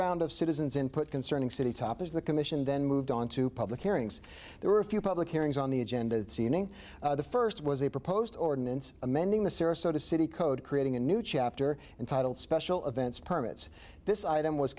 round of citizens input concerning city toppers the commission then moved on to public hearings there were a few public hearings on the agenda the first was a proposed order it's amending the sarasota city code creating a new chapter entitled special events permits this item was